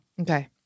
Okay